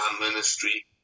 ministry